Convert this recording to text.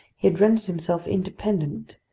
he had rendered himself independent,